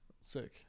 Sick